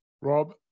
Rob